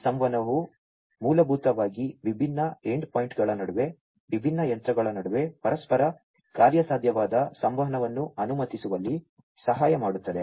ಈ ಸಂವಹನವು ಮೂಲಭೂತವಾಗಿ ವಿಭಿನ್ನ ಎಂಡ್ ಪಾಯಿಂಟ್ಗಳ ನಡುವೆ ವಿಭಿನ್ನ ಯಂತ್ರಗಳ ನಡುವೆ ಪರಸ್ಪರ ಕಾರ್ಯಸಾಧ್ಯವಾದ ಸಂವಹನವನ್ನು ಅನುಮತಿಸುವಲ್ಲಿ ಸಹಾಯ ಮಾಡುತ್ತದೆ